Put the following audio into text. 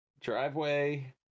Driveway